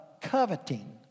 coveting